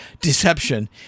deception